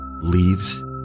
leaves